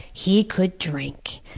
he could drink.